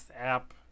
app